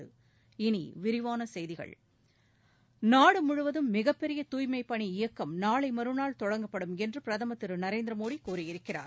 இனி விரிவான செய்திகள் நாடு முழுவதும் மிகப்பெரிய தூய்மைப் பணி இயக்கம் நாளை மறுநாள் தொடங்கப்படும் என்று பிரதமர் திரு நரேந்திர மோடி கூறியிருக்கிறார்